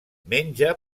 menja